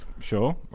Sure